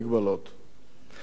כך התמודדת עם המחלה,